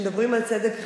כשמדברים על צדק חברתי,